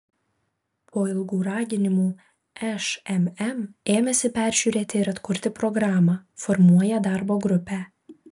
po ilgų raginimų šmm ėmėsi peržiūrėti ir atkurti programą formuoja darbo grupę